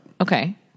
Okay